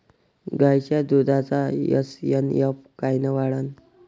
गायीच्या दुधाचा एस.एन.एफ कायनं वाढन?